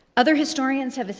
other historians have,